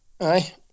Aye